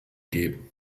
geben